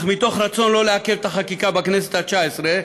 אך מתוך רצון שלא לעכב את החקיקה בכנסת התשע-עשרה,